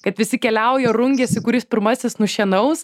kad visi keliauja rungiasi kuris pirmasis nušienaus